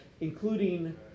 including